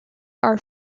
are